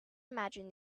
imagine